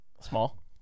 Small